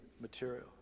material